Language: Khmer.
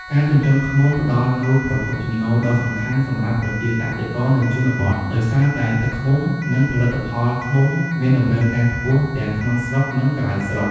ការចិញ្ចឹមឃ្មុំផ្តល់នូវប្រភពចំណូលដ៏សំខាន់សម្រាប់ប្រជាកសិករនៅជនបទ ដោយសារតែទឹកឃ្មុំ និងផលិតផលឃ្មុំមានតម្រូវការខ្ពស់ទាំងក្នុងស្រុក និងក្រៅស្រុក។